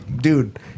dude